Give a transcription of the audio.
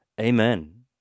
Amen